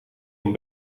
van